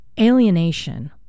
alienation